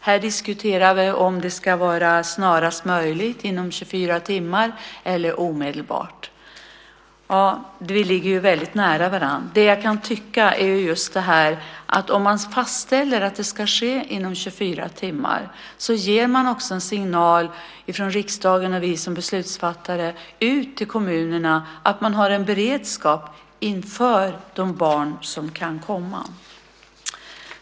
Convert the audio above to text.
Här diskuterar vi om det ska vara snarast möjligt, inom 24 timmar eller omedelbart. Vi ligger väldigt nära varandra. Jag vill dock säga att om man fastställer att det ska ske inom 24 timmar ger man därmed en signal till kommunerna från riksdagen och från oss beslutsfattare om att ha beredskap inför de barn som kan komma.